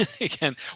again